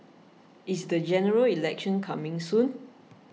is the General Election coming soon